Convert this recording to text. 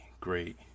great